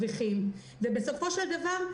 בסופו של דבר,